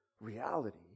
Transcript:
reality